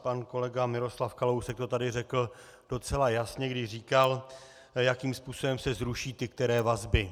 A pan kolega Miroslav Kalousek to tady řekl docela jasně, když říkal, jakým způsobem se zruší ty které vazby.